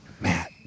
Matt